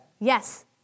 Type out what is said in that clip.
Yes